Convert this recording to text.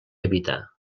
habitar